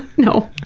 no.